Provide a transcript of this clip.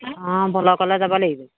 অঁ ভলকলৈ যাব লাগিব